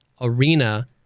Arena